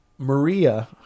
Maria